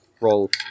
roll